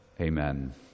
Amen